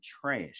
trash